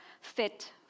fit